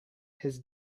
his